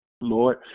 lord